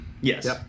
yes